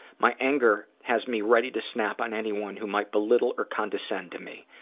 my anger has me ready to snap on anyone who might belittle or condescend to me.